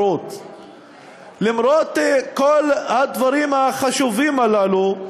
למרות כל הדברים החשובים הללו,